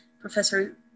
Professor